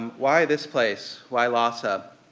um why this place? why lhasa?